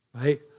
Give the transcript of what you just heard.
right